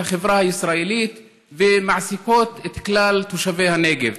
החברה הישראלית ומעסיקות את כלל תושבי הנגב.